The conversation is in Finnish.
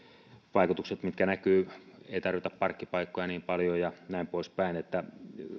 vaikutukset mitkä näkyvät ei tarvita parkkipaikkoja niin paljon ja näin poispäin että